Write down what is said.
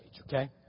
okay